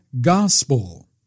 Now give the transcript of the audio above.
gospel